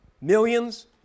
Millions